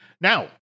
Now